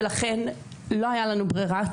ולכן לא הייתה לנו ברירה,